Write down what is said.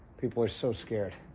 people are so scared.